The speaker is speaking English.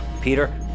Peter